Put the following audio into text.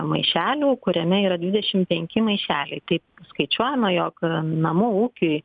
maišelių kuriame yra dvidešimt penki maišeliai tai skaičiuojama jog namų ūkiui